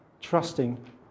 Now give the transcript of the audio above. Trusting